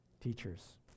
Teachers